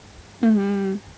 mmhmm